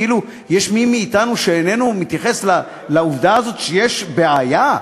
כאילו יש מי מאתנו שאינו מתייחס לעובדה הזאת שיש בעיה,